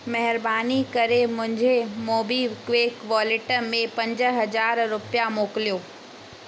महिरबानी करे मुंहिंजे मोबीक्विक वॉलेट में पंज हज़ार रुपिया मोकिलियो